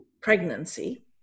pregnancy